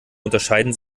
unterscheiden